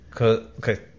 okay